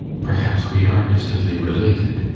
perhaps we are distantly related,